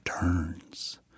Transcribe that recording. Turns